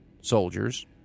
soldiers